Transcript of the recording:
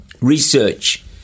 Research